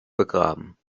begraben